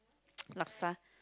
laksa